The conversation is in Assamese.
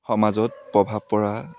সমাজত প্ৰভাৱ পৰা